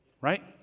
right